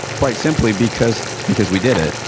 quite simply because because we did it.